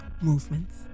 movements